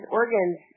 organs